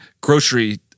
grocery